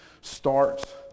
starts